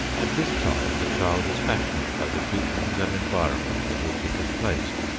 at this time the child is fashioned by the teachings and environment in which it is placed.